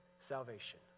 salvation